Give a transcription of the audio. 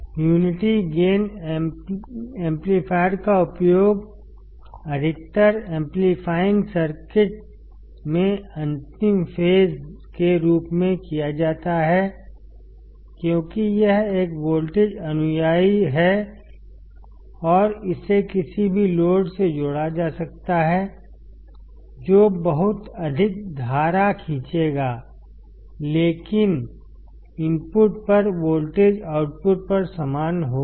unity gain amplifier का उपयोग अधिकतर एम्पलीफाइंग सर्किट में अंतिम फेज के रूप में भी किया जाता है क्योंकि यह एक वोल्टेज अनुयायी है और इसे किसी भी लोड से जोड़ा जा सकता है जो बहुत अधिक धारा खींचेग लेकिन इनपुट पर वोल्टेज आउटपुट पर समान होगा